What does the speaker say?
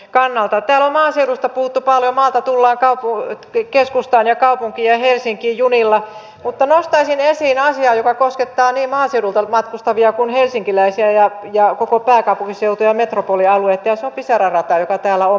täällä on maaseudusta puhuttu paljon maalta tullaan keskustaan kaupunkiin ja helsinkiin junilla mutta nostaisin esiin asian joka koskettaa niin maaseudulta matkustavia kuin helsinkiläisiä ja koko pääkaupunkiseutua ja metropolialuetta ja se on pisara rata joka täällä on mainittukin keskustelussa